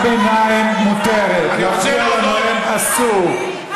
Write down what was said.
הערת ביניים מותרת, להפריע לנואם, אסור.